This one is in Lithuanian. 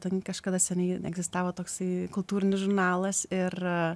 ten kažkada seniai egzistavo toksai kultūrinis žurnalas ir